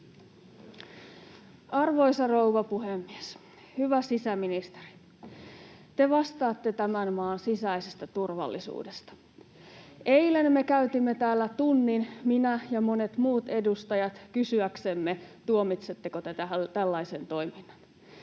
Arvoisa rouva puhemies! Hyvä sisäministeri, te vastaatte tämän maan sisäisestä turvallisuudesta. Eilen me käytimme täällä tunnin, minä ja monet muut edustajat, kysyäksemme, tuomitsetteko te tällaisen toiminnan.